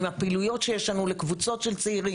על הפעילויות שיש לצעירים,